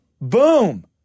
Boom